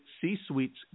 C-suites